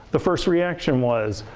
the first reaction was,